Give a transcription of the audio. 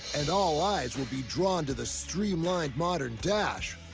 and all eyes will be drawn to the streamlined, modern dash.